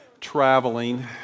traveling